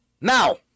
Now